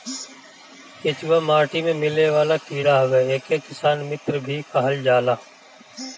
केचुआ माटी में मिलेवाला कीड़ा हवे एके किसान मित्र भी कहल जाला